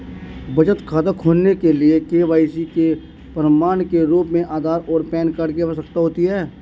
बचत खाता खोलने के लिए के.वाई.सी के प्रमाण के रूप में आधार और पैन कार्ड की आवश्यकता होती है